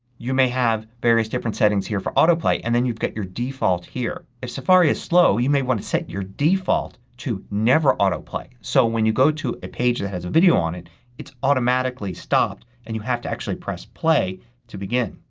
you may have various different settings here for auto play. and then you've got your default here. if safari is slow you may want to set your default to never auto play. so when you go to a page that has a video on it it's automatically stopped and you actually have to press play to begin.